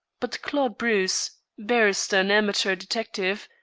but claude bruce, barrister and amateur detective,